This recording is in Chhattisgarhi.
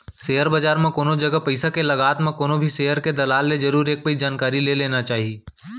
सेयर बजार म कोनो जगा पइसा के लगात म कोनो भी सेयर के दलाल ले जरुर एक पइत जानकारी ले लेना चाही